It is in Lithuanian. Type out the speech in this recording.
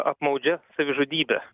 apmaudžia savižudybe